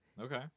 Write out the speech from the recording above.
Okay